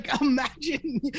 imagine